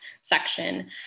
section